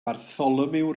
bartholomew